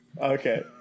Okay